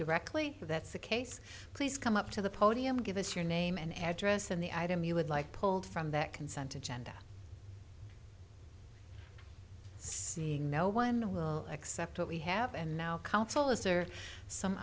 directly that's the case please come up to the podium give us your name and address and the item you would like pulled from that consent agenda seeing no one will accept what we have and now